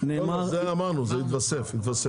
נאמר -- זה אמרנו זה יתווסף, יתווסף.